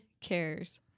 cares